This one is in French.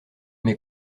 mes